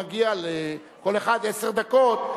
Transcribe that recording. נגיע לכל אחד עשר דקות,